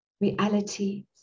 reality